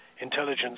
intelligence